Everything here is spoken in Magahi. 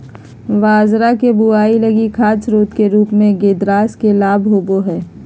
बाजरा के बुआई लगी खाद स्रोत के रूप में ग्रेदास के लाभ होबो हइ